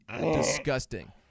Disgusting